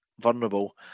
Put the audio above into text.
vulnerable